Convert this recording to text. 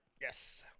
Yes